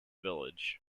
village